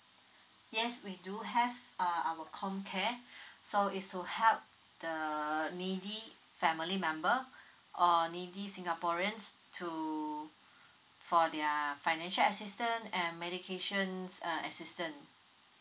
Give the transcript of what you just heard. yes we do have uh our comcare so is to help the needy family member or needy singaporeans to for their financial assistance and medications uh assistance